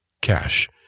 cash